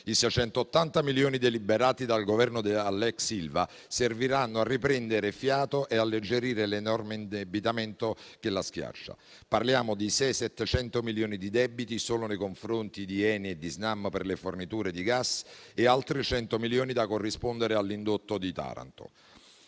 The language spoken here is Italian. I 680 milioni deliberati dal Governo all'ex Ilva serviranno a riprendere fiato e ad alleggerire l'enorme indebitamento che la schiaccia: parliamo di 600-700 milioni di debiti solo nei confronti di Eni e Snam per le forniture di gas e di altri 100 milioni da corrispondere all'indotto di Taranto.